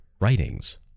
writings